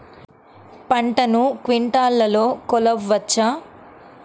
పంటను క్వింటాల్లలో కొలవచ్చా?